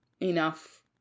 enough